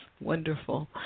Wonderful